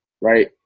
right